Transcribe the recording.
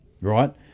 right